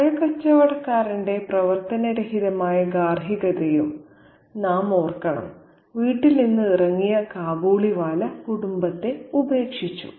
പഴക്കച്ചവടക്കാരന്റെ പ്രവർത്തനരഹിതമായ ഗാർഹികതയെയും നാം ഓർക്കണം വീട്ടിൽ നിന്ന് ഇറങ്ങിയ കാബൂളിവാല കുടുംബത്തെ ഉപേക്ഷിച്ചു